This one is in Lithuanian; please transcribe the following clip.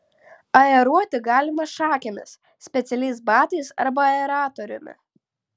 aeruoti galima šakėmis specialiais batais arba aeratoriumi